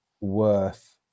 worth